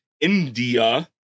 India